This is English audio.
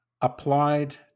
applied